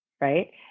right